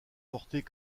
portés